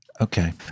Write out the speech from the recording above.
Okay